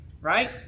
right